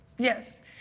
Yes